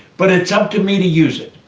but it's up to me to use it.